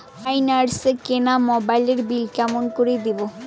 Finance এ কিনা মোবাইলের বিল কেমন করে দিবো?